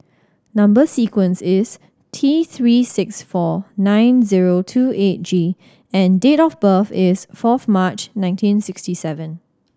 number sequence is T Three six four nine zero two eight G and date of birth is fourth March nineteen sixty seven